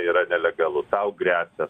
yra nelegalu tau gresia